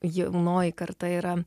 jaunoji karta yra